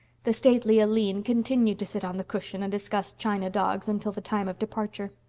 the stately aline continued to sit on the cushion and discuss china dogs until the time of departure.